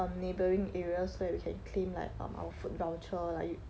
our neighbouring areas so that we can claim like um our food voucher like